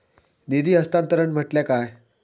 निधी हस्तांतरण म्हटल्या काय?